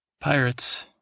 Pirates